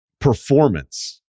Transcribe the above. performance